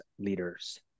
leaders